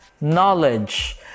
knowledge